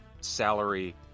salary